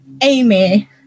Amy